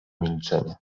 milczenie